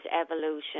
evolution